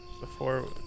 before-